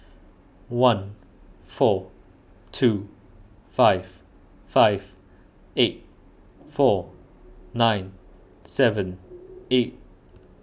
one four two five five eight four nine seven eight